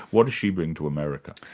what does she bring to america?